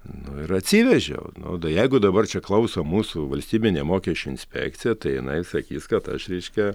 nu ir atsivežiau nu tai jeigu dabar čia klauso mūsų valstybinė mokesčių inspekcija tai jinai sakys kad aš reiškia